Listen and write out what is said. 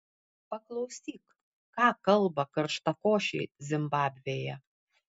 paklausyk ką kalba karštakošiai zimbabvėje